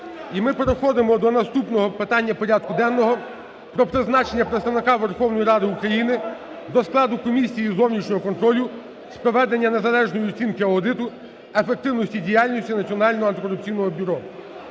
І ми переходимо до наступного питання порядку денного: про призначення представника Верховної Ради України до складу комісії зовнішнього контролю з проведення незалежної оцінки (аудиту) ефективності діяльності Національного антикорупційного бюро.